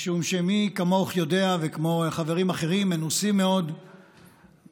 משום שמי יודע כמוך וכמו חברים אחרים מנוסים מאוד במפלגת